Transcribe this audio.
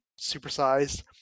supersized